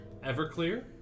Everclear